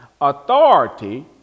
Authority